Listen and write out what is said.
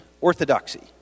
orthodoxy